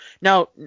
now